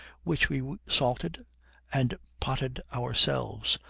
which we salted and potted ourselves,